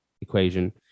equation